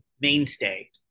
mainstay